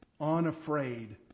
unafraid